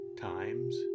times